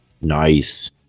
Nice